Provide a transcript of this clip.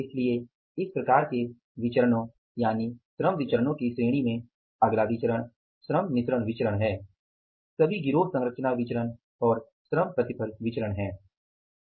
इसलिए इस प्रकार के विचरणो यानि श्रम विचरणो की श्रेणी में अगला विचरण श्रम मिश्रण विचरण हैं सभी गिरोह संरचना विचरण और श्रम प्रतिफल विचरण हैं